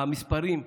המספרים,